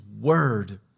word